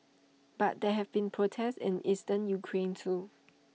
but there have been protests in eastern Ukraine too